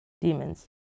demons